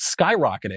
skyrocketing